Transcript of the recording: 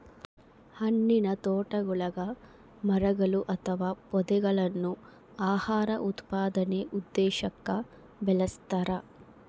ಹಣ್ಣಿನತೋಟಗುಳಗ ಮರಗಳು ಅಥವಾ ಪೊದೆಗಳನ್ನು ಆಹಾರ ಉತ್ಪಾದನೆ ಉದ್ದೇಶಕ್ಕ ಬೆಳಸ್ತರ